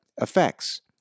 effects